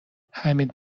حمید